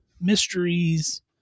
mysteries